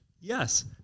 Yes